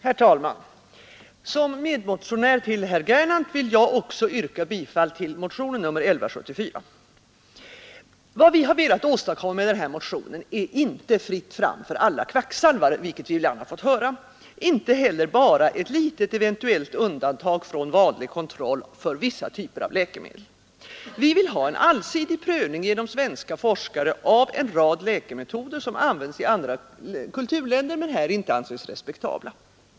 Herr talman! Som medmotionär till herr Gernandt vill jag också yrka bifall till motionen nr 1174. Vad vi har velat åstadkomma med den motionen är inte fritt fram för alla kvacksalvare, vilket vi ibland har fått höra, inte heller bara ett litet, eventuellt undantag från vanlig kontroll för vissa typer av läkemedel. Vi vill ha en allsidig prövning genom svenska forskare av en rad läkemetoder, som används i andra kulturländer men här inte anses respektabla.